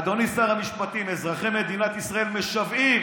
אדוני שר המשפטים, אזרחי מדינת ישראל משוועים